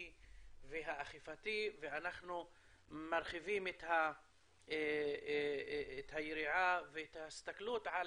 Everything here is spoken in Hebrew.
והאכיפתי ואנחנו מרחיבים את היריעה ואת ההסתכלות על